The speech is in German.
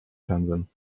fernsehen